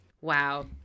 Wow